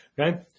Okay